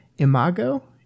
Imago